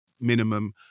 minimum